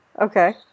Okay